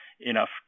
enough